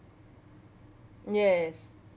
yes